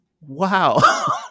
wow